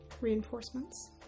reinforcements